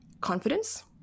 confidence